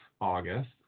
August